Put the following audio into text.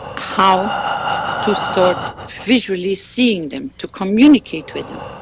how to start visually seeing them, to communicate with them.